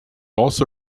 also